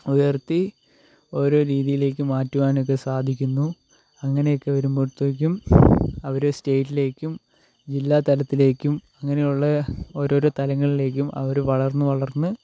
ഉയർത്തി ഓരോ രീതിയിലേക്ക് മാറ്റുവാനൊക്കെ സാധിക്കുന്നു അങ്ങനെയൊക്കെ വരുമ്പോഴത്തേക്കും അവരെ സ്റ്റേറ്റിലേക്കും ജില്ലാ തലത്തിലേക്കും അങ്ങനെയുള്ള ഓരോരോ തലങ്ങളിലേക്കും അവർ വളർന്നു വളർന്ന്